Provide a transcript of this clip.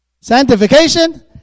sanctification